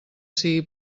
sigui